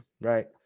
right